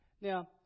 Now